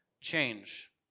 change